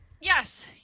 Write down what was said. Yes